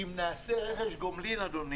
אם נעשה רכש גומלין, אדוני,